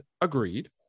agreed